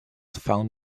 found